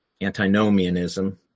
antinomianism